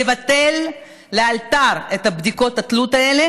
לבטל לאלתר את בדיקות התלות האלה